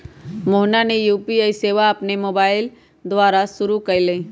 मोहना ने यू.पी.आई सेवा अपन मोबाइल द्वारा शुरू कई लय